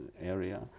area